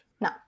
No